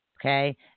Okay